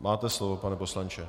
Máte slovo, pane poslanče.